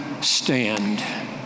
stand